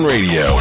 Radio